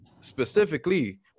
specifically